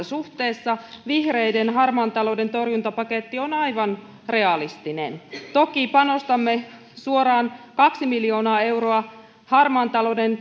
suhteessa vihreiden harmaan talouden torjuntapaketti on aivan realistinen toki panostamme suoraan kaksi miljoonaa euroa harmaan talouden